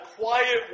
quiet